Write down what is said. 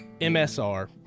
MSR